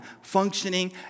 functioning